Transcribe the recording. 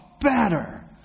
better